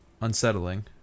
unsettling